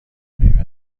قیمت